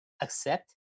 accept